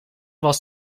was